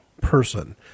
person